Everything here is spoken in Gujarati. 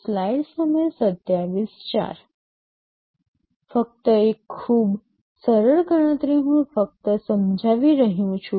ફક્ત એક ખૂબ સરળ ગણતરી હું સમજાવી રહ્યો છું